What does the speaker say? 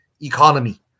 economy